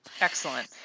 excellent